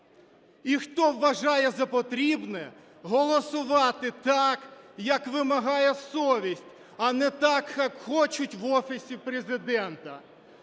і хто вважає за потрібне голосувати так, як вимагає совість, а не так, як хочуть в Офісі Президента.